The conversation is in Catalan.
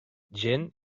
gent